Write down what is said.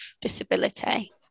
disability